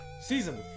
Season